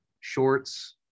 shorts